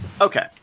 Okay